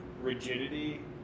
rigidity